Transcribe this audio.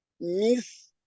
miss